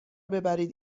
ببرید